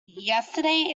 yesterday